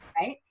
right